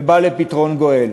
ובא פתרון גואל.